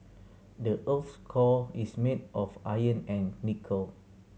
the earth's core is made of iron and nickel